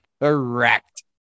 Correct